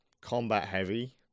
combat-heavy